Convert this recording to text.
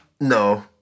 no